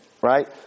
right